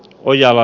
ojala